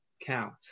count